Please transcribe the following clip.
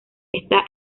está